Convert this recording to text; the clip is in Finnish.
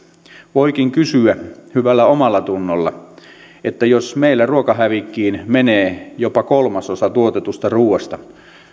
voikin kysyä hyvällä omallatunnolla että jos meillä ruokahävikkiin menee jopa kolmasosa tuotetusta ruuasta